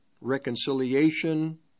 reconciliation